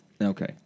Okay